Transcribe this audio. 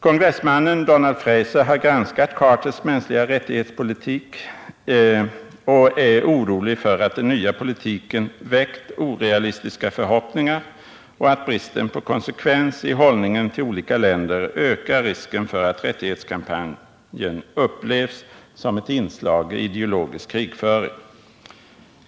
Kongressmannen Donald Fraser har granskat Carters mänskliga-rättighets-politik och-är orolig för att den nya politiken väckt orealistiska förhoppningar och att bristen på konsekvens i hållningen till olika länder ökar risken för att rättighetskampanjen upplevs som ett inslag i ideologisk krigföring.